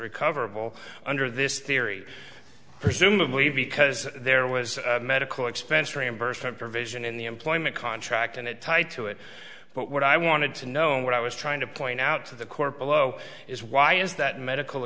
recoverable under this theory presumably because there was a medical expense reimbursement provision in the employment contract and it tied to it but what i wanted to know what i was trying to point out to the court below is why is that medical